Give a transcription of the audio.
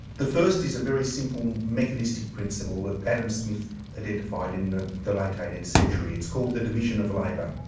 the first is a very simple mechanistic principle that adam smith identified in ah the late eighteenth century. it's called the division of labor.